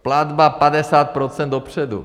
Platba 50 % dopředu.